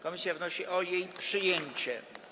Komisja wnosi o jej przyjęcie.